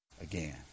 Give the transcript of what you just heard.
again